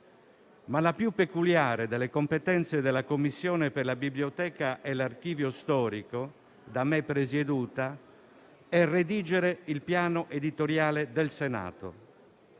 La più peculiare delle competenze della Commissione per la Biblioteca e l'Archivio storico, da me presieduta, però, è redigere il piano editoriale del Senato.